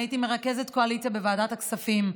אני הייתי מרכזת קואליציה בוועדת הכספים.